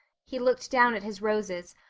he looked down at his roses,